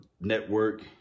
Network